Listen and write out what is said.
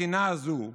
התשפ"א 2021,